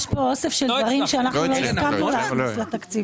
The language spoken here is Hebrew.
יש פה אוסף של דברים שאנחנו לא הסכמנו להכניס לתקציב.